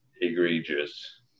egregious